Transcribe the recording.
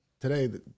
today